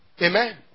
Amen